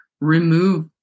Remove